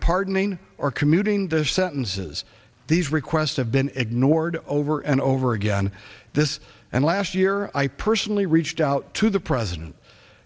pardoning or commuting their sentences these requests have been ignored over and over again this and last year i personally reached out to the president